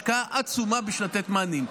השקעה עצומה בשביל לתת מענים.